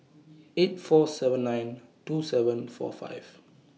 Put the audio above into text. eight four seven nine two seven four five